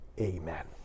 Amen